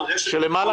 למעלה